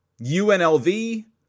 UNLV